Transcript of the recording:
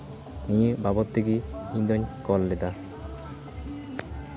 ᱱᱤᱭᱟᱹ ᱵᱟᱵᱚᱫ ᱛᱮᱜᱮ ᱤᱧ ᱫᱩᱧ ᱠᱚᱞ ᱞᱮᱫᱟ